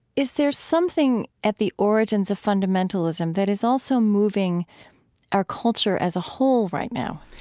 is there something at the origins of fundamentalism that is also moving our culture as a whole right now?